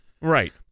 Right